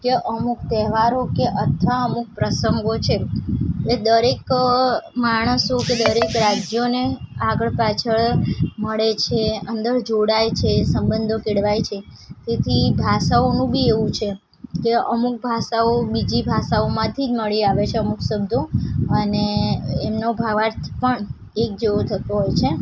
કે અમુક તહેવારો કે અથવા અમુક પ્રસંગો છે એ દરેક માણસો કે દરેક રાજયોને આગળ પાછળ મળે છે અંદર જોડાય છે સબંધો કેળવાય છે તેથી ભાષાઓનું ભી એવું છે કે અમુક ભાષાઓ બીજી ભાષાઓમાંથી જ મળી આવે છે અમુક શબ્દો અને એમનો ભાવાર્થ પણ એક જેવો થતો હોય છે